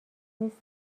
نیست